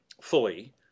fully